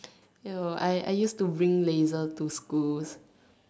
no I used to bring laser to school